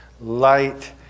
light